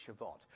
Shabbat